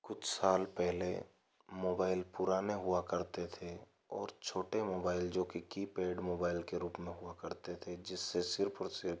कुछ साल पहले मोबाइल पुराने हुआ करते थे और छोटे मोबाइल जो कि कीपेड मोबाइल के रूप में हुआ करते थे जिससे सिर्फ़ और सिर्फ़